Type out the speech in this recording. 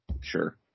sure